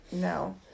No